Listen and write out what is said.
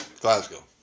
Glasgow